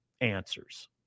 answers